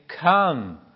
Come